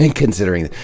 and considering.